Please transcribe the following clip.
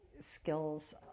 skills